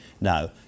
Now